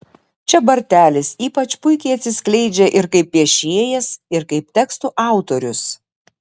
čia bartelis ypač puikiai atsiskleidžia ir kaip piešėjas ir kaip tekstų autorius